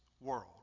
world